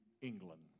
England